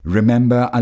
Remember